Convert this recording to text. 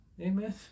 amen